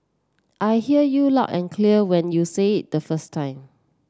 I hear you loud and clear when you say it the first time